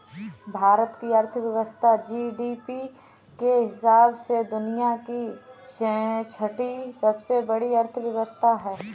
भारत की अर्थव्यवस्था जी.डी.पी के हिसाब से दुनिया की छठी सबसे बड़ी अर्थव्यवस्था है